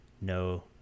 no